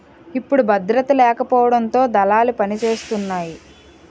ఇప్పుడు భద్రత లేకపోవడంతో దళాలు పనిసేతున్నాయి